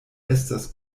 estas